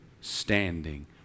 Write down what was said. standing